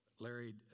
Larry